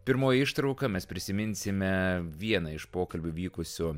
pirmoji ištrauka mes prisiminsime vieną iš pokalbių vykusių